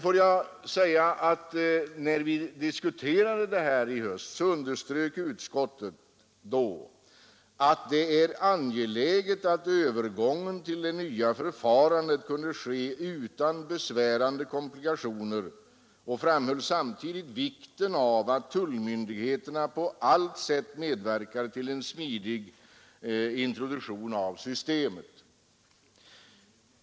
När vi diskuterade det i höstas underströk emellertid utskottet, att det är angeläget att övergången till det nya förfarandet kan ske utan besvärande komplikationer, och framhöll samtidigt vikten av att tullmyndigheterna på allt sätt medverkar till en smidig introduktion av systemet.